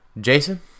jason